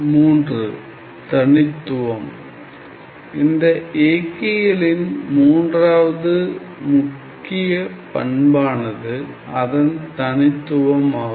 3தனித்துவம் இந்த இயக்கிகளின் மூன்றாவது முக்கிய பண்பானது அதன் தனித்துவம் ஆகும்